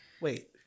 Wait